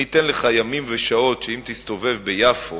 אני אתן לך ימים ושעות שאם תסתובב ביפו